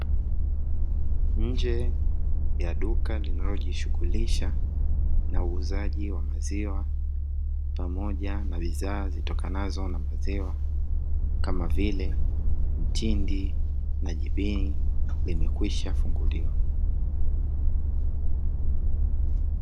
Nje ya duka linalojishughulisha na uuzaji wa maziwa pamoja na bidhaa zitokanazo na maziwa kama vile mtindi na jibini, limekwisha funguliwa.